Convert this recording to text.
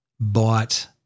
bought